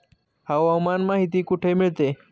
हवामान माहिती कुठे मिळते?